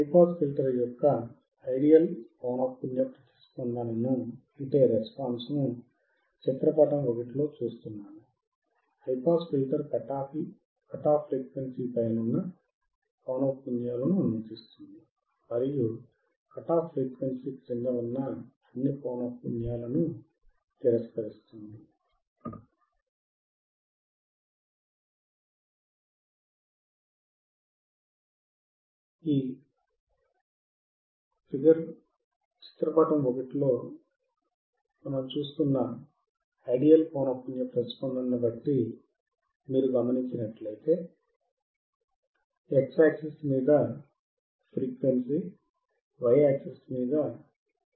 high pass filter యొక్క ideal పౌనఃపున్య ప్రతిస్పందనను చిత్రపటం 1 లో చూస్తున్నాము